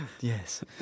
Yes